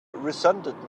resented